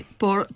por